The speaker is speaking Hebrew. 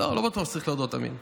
לא, לא בטוח שצריך להודות תמיד.